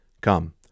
Come